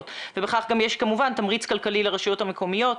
ובכך גם יש כמובן תמריץ כלכלי לרשויות המקומיות.